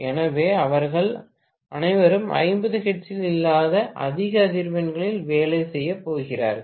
எனவே அவர்கள் அனைவரும் 50 ஹெர்ட்ஸில் இல்லாத அதிக அதிர்வெண்களில் வேலை செய்யப் போகிறார்கள்